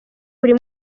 buri